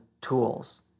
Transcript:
tools